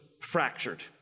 fractured